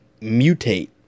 mutate